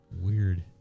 Weird